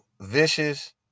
vicious